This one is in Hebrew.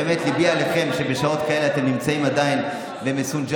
באמת ליבי עליכם שבשעות כאלה אתם נמצאים עדיין ומסונג'רים.